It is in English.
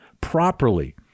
properly